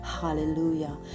Hallelujah